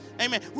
Amen